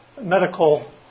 medical